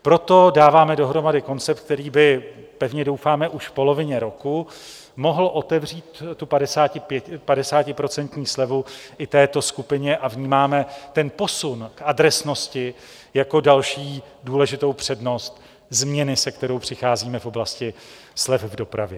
Proto dáváme dohromady koncept, který by, pevně doufáme už v polovině roku, mohl otevřít padesátiprocentní slevu i této skupině, a vnímáme ten posun adresnosti jako další důležitou přednost změny, se kterou přicházíme v oblasti slev v dopravě.